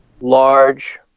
large